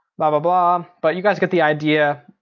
blah, ah blah, but you guys get the idea.